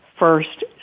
first